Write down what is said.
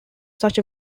such